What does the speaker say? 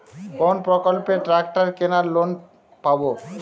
কোন প্রকল্পে ট্রাকটার কেনার লোন পাব?